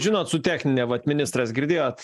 žinot su technine vat ministras girdėjot